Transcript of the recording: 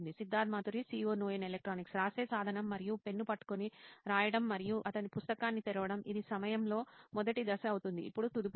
Siddharth Mathuri CEO నోయిన్ electronics రాసే సాధనం మరియు పెన్ను పట్టుకొని రాయడం మరియు అతని పుస్తకాన్ని తెరవడం ఇది 'సమయంలో' మొదటి దశ అవుతుంది ఇప్పుడు తదుపరిది